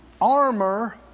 armor